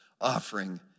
offering